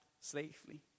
safely